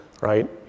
right